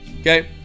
Okay